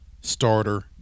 starter